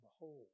behold